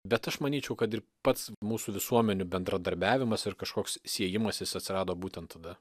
bet aš manyčiau kad ir pats mūsų visuomenių bendradarbiavimas ir kažkoks siejimasis atsirado būtent tada